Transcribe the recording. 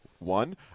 One